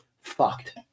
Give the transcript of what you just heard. fucked